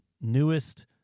newest